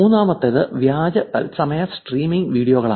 മൂന്നാമത്തേത് വ്യാജ തത്സമയ സ്ട്രീമിംഗ് വീഡിയോകളാണ്